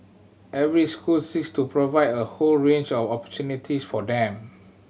every school seeks to provide a whole range of opportunities for them